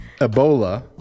Ebola